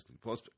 Plus